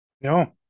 No